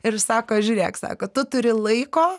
ir sako žiūrėk sako tu turi laiko